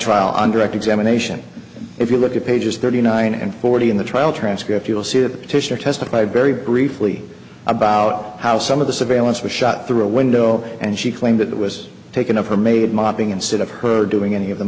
trial on direct examination if you look at pages thirty nine and forty in the trial transcript you'll see that fisher testified very briefly about how some of the surveillance was shot through a window and she claimed it was taken of her maid mopping instead of her doing any of the